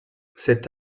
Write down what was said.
cet